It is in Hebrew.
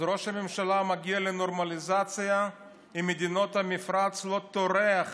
אז ראש הממשלה מגיע לנורמליזציה עם מדינות המפרץ ולא טורח